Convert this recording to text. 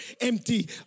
empty